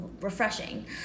refreshing